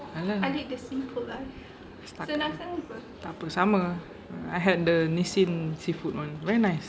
ah lah takpe sama I had the Nissin seafood one very nice